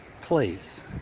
please